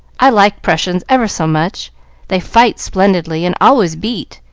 i like prussians ever so much they fight splendidly, and always beat.